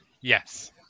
Yes